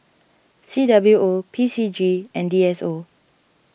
C W O P C G and D S O